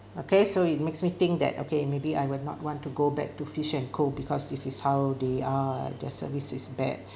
okay so it makes me think that okay maybe I will not want to go back to Fish & Co because this is how they are their service is bad